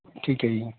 ਠੀਕ ਹੈ ਜੀ